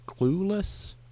Clueless